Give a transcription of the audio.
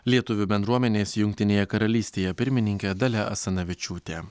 lietuvių bendruomenės jungtinėje karalystėje pirmininkė dalia asanavičiūtė